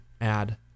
add